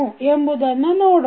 ಎಂಬುದನ್ನು ನೋಡೋಣ